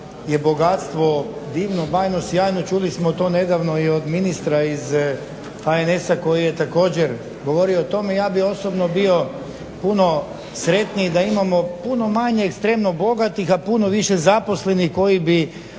je bogatstvo divno, bajno, sjajno, čuli smo to nedavno od ministra iz HNS-a koji je također govorio o tome. Ja bih osobno bio puno sretniji da imamo puno manje ekstremno bogatih a puno više zaposlenih koji bi